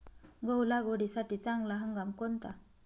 गहू लागवडीसाठी चांगला हंगाम कोणता?